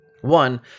One